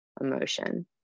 emotion